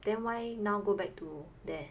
then why now go back to there